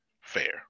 fair